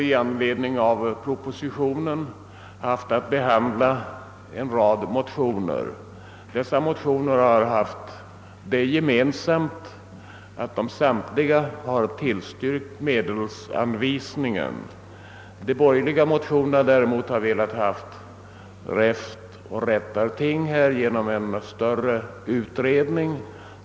I anledning av propositionen har vi haft en rad motioner att behandla, vilka samtliga har tillstyrkt medelsanvisningar. De borgerliga motionerna i detta sammanhang har däremot velat ha räfstoch rättarting genom en större utredning.